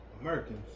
Americans